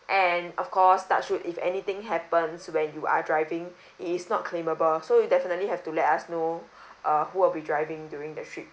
and of course touch wood if anything happens when you are driving it is not claimable so you definitely have to let us know uh who will be driving during the trip